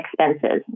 expenses